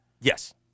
Yes